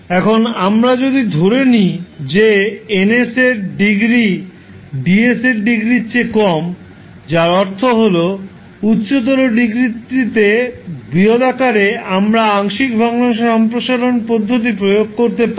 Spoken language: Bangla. এখন আমরা যদি ধরে নিই যে N এর ডিগ্রি D ডিগ্রির চেয়ে কম যার অর্থ হল উচ্চতর ডিগ্রিটিতে বৃহদাকারে আমরা আংশিক ভগ্নাংশ সম্প্রসারণ পদ্ধতি প্রয়োগ করতে পারি